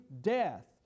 death